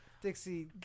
Dixie